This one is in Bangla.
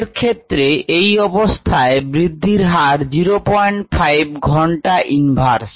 এর ক্ষেত্রে এই অবস্থায় বৃদ্ধির হার 05 ঘন্টা ইনভার্স